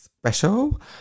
special